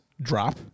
drop